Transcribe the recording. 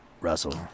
Russell